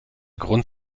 grund